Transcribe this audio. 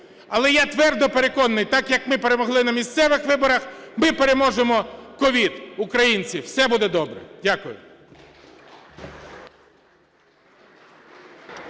Але я твердо переконаний, так, як ми перемогли на місцевих виборах, ми переможемо COVID. Українці, все буде добре. Дякую.